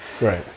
Right